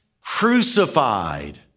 crucified